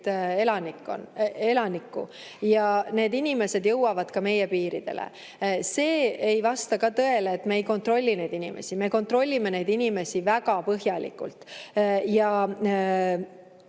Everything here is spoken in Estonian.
elanikku ja need inimesed jõuavad ka meie piiridele. See ei vasta tõele, et me ei kontrolli neid inimesi. Me kontrollime neid inimesi väga põhjalikult.